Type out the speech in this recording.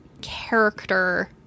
character